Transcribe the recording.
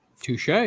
Touche